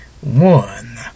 one